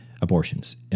abortions